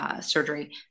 surgery